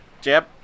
Jeb